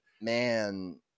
man